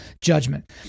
judgment